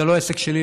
זה לא עסק שלי,